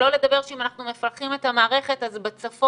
שלא לדבר שאם אנחנו מפלחים את המערכת אז בצפון,